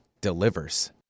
delivers